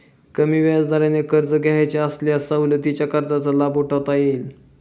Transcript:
कमी व्याजदराने कर्ज घ्यावयाचे असल्यास सवलतीच्या कर्जाचा लाभ उठवता येईल